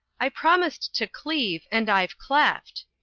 i promised to cleave, and i've cleft!